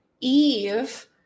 Eve